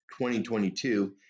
2022